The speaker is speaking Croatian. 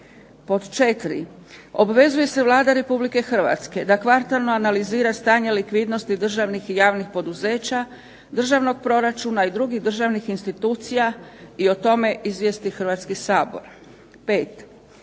Pod 4. Obvezuje se Vlada Republike Hrvatske da kvartalno analizira stanje likvidnosti državnih i javnih poduzeća, državnog proračuna i drugih državnih institucija i o tome izvijesti Hrvatski sabor.